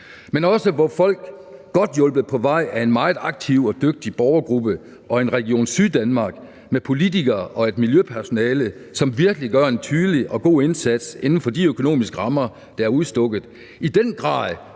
et sted, hvor folk, godt hjulpet på vej af en meget aktiv og dygtig borgergruppe og en Region Syddanmark med politikere og et miljøpersonale, som virkelig gør en tydelig og god indsats inden for de økonomiske rammer, der er udstukket, i den grad